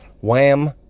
Wham